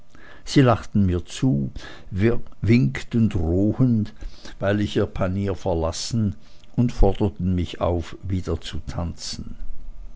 sie lachten mir zu winkten drohend weil ich ihr panier verlassen und forderten mich auf wieder zu tanzen